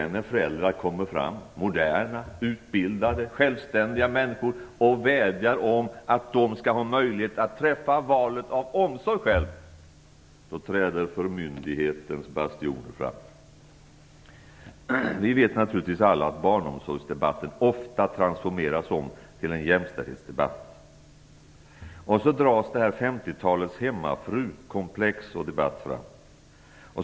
När sedan moderna, utbildade och självständiga föräldrar vädjar om att de skall få möjlighet att träffa valet av omsorg själva, då träder förmynderiets bastion fram. Vi vet naturligtvis alla att barnomsorgsdebatten ofta transformeras till en jämställdhetsdebatt. Och då dras 50-talets hemmafrukomplexdebatt fram.